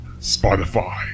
Spotify